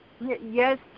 Yes